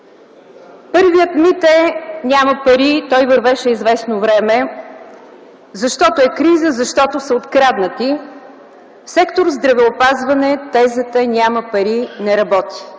Първият мит е: „няма пари”, той вървеше известно време, защото е криза, защото са откраднати. В сектор „Здравеопазване” тезата „няма пари” не работи!